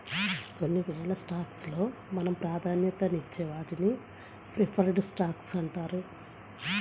కొన్ని వేల స్టాక్స్ లో మనం ప్రాధాన్యతనిచ్చే వాటిని ప్రిఫర్డ్ స్టాక్స్ అంటారు